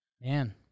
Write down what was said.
Man